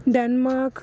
Denmark